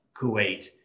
Kuwait